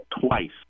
twice